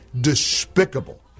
Despicable